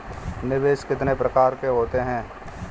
निवेश कितने प्रकार के होते हैं?